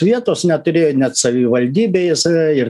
vietos neturėjo net savivaldybėje save ir